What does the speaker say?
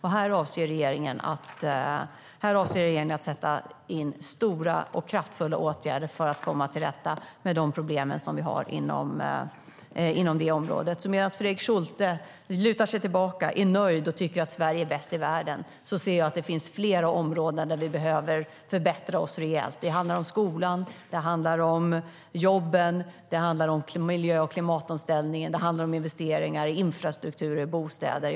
Här avser regeringen att sätta in stora och kraftfulla åtgärder för att komma till rätta med de problem som vi har inom det området. Medan Fredrik Schulte lutar sig tillbaka, är nöjd och tycker att Sverige är bäst i världen ser jag att det finns flera områden där vi behöver förbättra oss rejält. Det handlar om skolan, jobben, miljö och klimatomställning och investeringar i infrastruktur och bostäder.